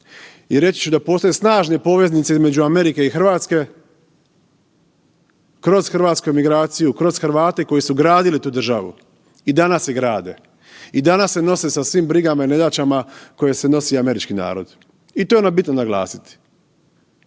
I reći ću da postoje snažne poveznice između Amerike i RH kroz hrvatsku migraciju, kroz Hrvate koji su gradili tu državu i danas je grade i danas se nose sa svim brigama i nedaćama koje se nosi i američki narod. I to je ono bitno naglasiti.